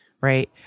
right